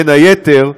בין היתר,